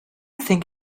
think